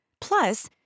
Plus